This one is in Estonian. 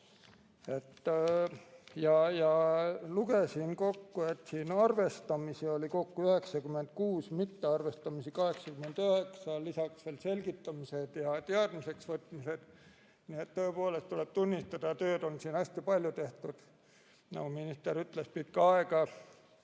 Lugesin kokku, et arvestamisi oli 96, mittearvestamisi 89, lisaks veel selgitamised ja teadmiseks võtmised. Nii et tõepoolest, tuleb tunnistada, tööd on tehtud siin hästi palju. Nagu minister ütles, pikka aega